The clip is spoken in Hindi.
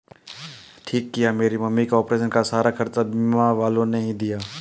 ठीक किया मेरी मम्मी का ऑपरेशन का सारा खर्चा बीमा वालों ने ही दिया